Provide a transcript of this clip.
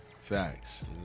facts